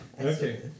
Okay